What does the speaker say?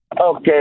Okay